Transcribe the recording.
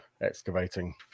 excavating